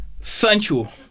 Sancho